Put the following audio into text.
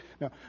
Now